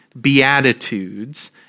Beatitudes